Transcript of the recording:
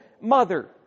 mother